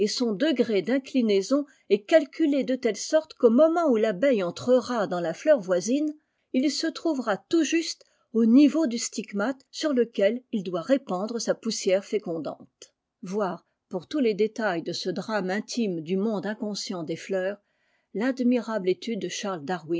son degré d'inclinaison est calculé de telle sorte ofii'au moment où rabeiile entrera dans la fleur voisine il se trouvera tout juste au niveau du stigmate sur lequel u d répandre sa poussière fécondante